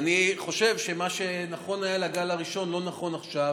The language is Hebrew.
אני חושב שמה שהיה נכון לגל הראשון לא נכון עכשיו,